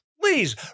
please